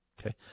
Okay